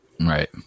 Right